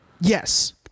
yes